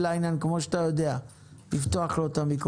אין לי הרבה מה להוסיף על מה שמרגי אמר.